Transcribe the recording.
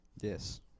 Yes